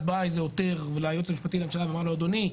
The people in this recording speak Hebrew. בא איזה עותר ליועץ המשפטי לממשלה ואמר לו 'אדוני,